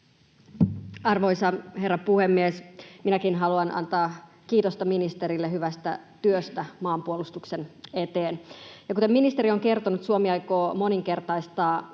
Arvoisa herra puhemies! Minäkin haluan antaa kiitosta ministerille hyvästä työstä maanpuolustuksen eteen. Kuten ministeri on kertonut, Suomi aikoo moninkertaistaa